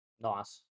Nice